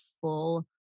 full